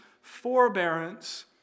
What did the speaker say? forbearance